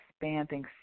expanding